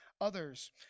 others